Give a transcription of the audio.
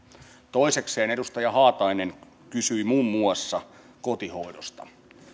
toisekseen edustaja haatainen kysyi muun muassa kotihoidosta